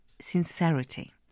sincerity